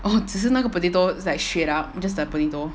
oh 只是那个 potato like straight up just like potato